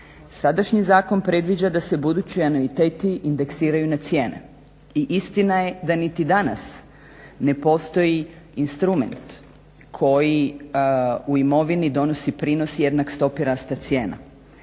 Sadašnji zakon predviđa da se budući anuiteti indeksiraju na cijene i istina je da niti danas ne postoji instrument koji u imovini donosi prinos jednak stopi rasta cijena.